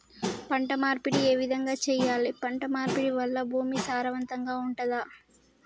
పంట మార్పిడి ఏ విధంగా చెయ్యాలి? పంట మార్పిడి వల్ల భూమి సారవంతంగా ఉంటదా?